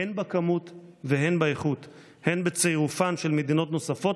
הן בכמות והן באיכות: הן בצירופן של מדינות נוספות